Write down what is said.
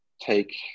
take